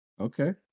Okay